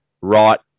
right